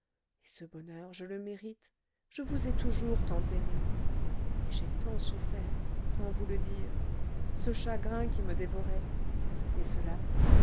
et ce bonheur je le mérite je vous ai toujours tant aimée et j'ai tant souffert sans vous le dire ce chagrin qui me dévorait c'était cela